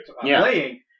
playing